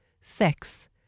sex